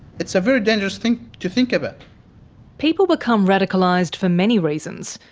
it's a very dangerous thing to think about. people become radicalised for many reasons,